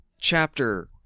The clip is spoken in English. chapter